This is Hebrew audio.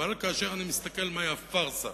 אבל כאשר אני מסתכל מהי הפארסה